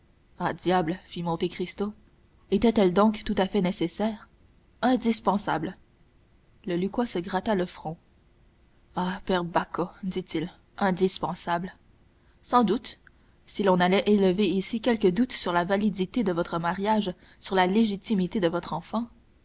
diable fit monte cristo étaient-elles donc tout à fait nécessaires indispensables lucquois se gratta le front ah per bacco dit-il indispensables sans doute si l'on allait élever ici quelque doute sur la validité de votre mariage sur la légitimité de votre enfant